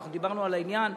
אנחנו דיברנו על העניין,